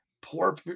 poor